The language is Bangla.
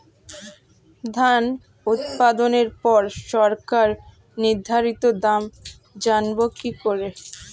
ধান উৎপাদনে পর সরকার নির্ধারিত দাম জানবো কি করে?